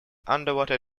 underwater